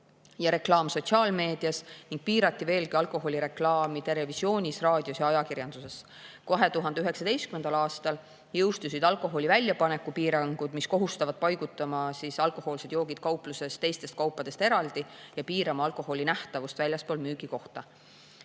ja reklaam sotsiaalmeedias ning piirati veelgi alkoholireklaami televisioonis, raadios ja [trüki]ajakirjanduses. 2019. aastal jõustusid alkoholi väljapaneku piirangud, mis kohustavad paigutama alkohoolsed joogid kaupluses teistest kaupadest eraldi ja piirama alkoholi nähtavust väljaspool müügikohta.